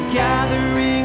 gathering